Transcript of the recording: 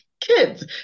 kids